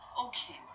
okay